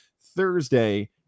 thursday